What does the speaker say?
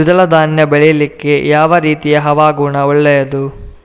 ದ್ವಿದಳ ಧಾನ್ಯ ಬೆಳೀಲಿಕ್ಕೆ ಯಾವ ರೀತಿಯ ಹವಾಗುಣ ಒಳ್ಳೆದು?